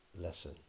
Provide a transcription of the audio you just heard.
lesson